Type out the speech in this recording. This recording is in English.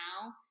now